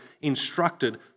instructed